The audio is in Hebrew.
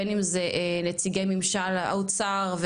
בין אם זה נציגי ממשל האוצר,